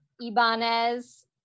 Ibanez